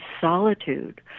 solitude